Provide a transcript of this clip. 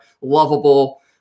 lovable